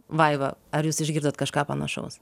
vaiva ar jūs išgirdot kažką panašaus